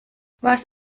was